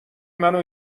منو